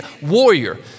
warrior